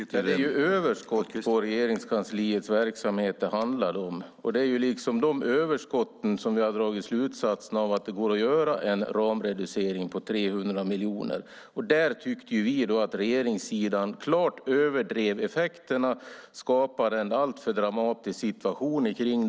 Herr talman! Det handlar ju om ett överskott i Regeringskansliets verksamhet. Vi har alltså dragit slutsatsen att det går att göra en ramreducering på 300 miljoner av de överskotten. Där tyckte vi att regeringssidan klart överdrev effekterna och skapade en alltför dramatisk situation kring det.